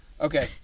Okay